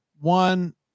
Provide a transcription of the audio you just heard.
one